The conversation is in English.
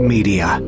Media